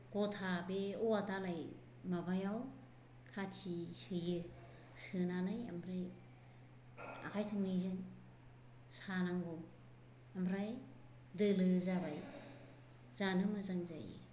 गथा बे औवा दालाय माबायाव खाथि सोयो सोनानै ओमफ्राय आखाइ थोंनैजों सानांगौ ओमफ्राय दोलो जाबाय जानो मोजां जायो